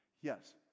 yes